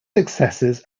successors